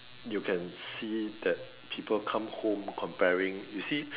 you can see that people come home comparing you see